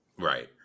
Right